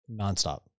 nonstop